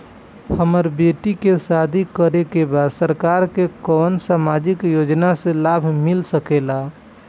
हमर बेटी के शादी करे के बा सरकार के कवन सामाजिक योजना से लाभ मिल सके ला?